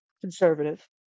conservative